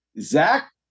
Zach